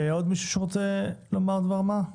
עוד מישהו שרוצה לומר דבר מה?